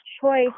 choice